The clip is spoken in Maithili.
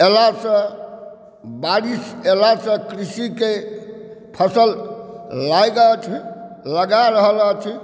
एलासॅं बारिश एलासॅं कृषिकेॅं फसल लागिथ लगा रहलथि